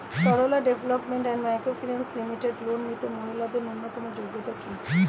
Sarala development and micro finance limited loan নিতে মহিলাদের ন্যূনতম যোগ্যতা কী?